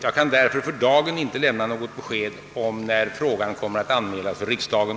Jag kan därför för dagen inte lämna något besked om när frågan kommer att anmälas för riksdagen.